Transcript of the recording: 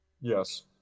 Yes